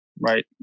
right